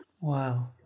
Wow